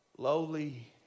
Lowly